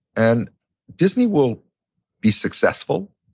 and disney will be successful.